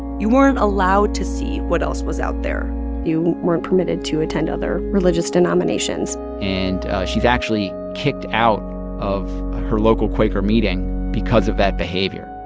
you weren't allowed to see what else was out there you weren't permitted to attend other religious denominations and she's actually kicked out of her local quaker meeting because of that behavior